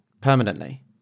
permanently